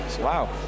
wow